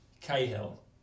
Cahill